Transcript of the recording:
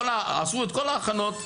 עשו את כל ההכנות,